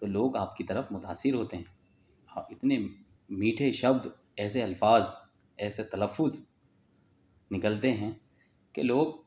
تو لوگ آپ کی طرف متاثر ہوتے ہیں اور اتنے میٹھے شبد ایسے الفاظ ایسے تلفظ نکلتے ہیں کہ لوگ